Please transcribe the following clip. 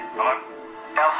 Hello